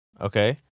okay